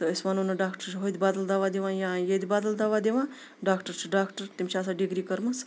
تہٕ أسۍ وَنو نہٕ ڈاکٹَر چھُ ہُتہِ بَدَل دَوا دِوان یا ییٚتہِ بَدَل دَوا دِوان ڈاکٹر چھ ڈاکٹر تٔمۍ چھ آسان ڈگری کٔرمٕژ